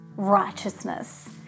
righteousness